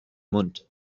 mond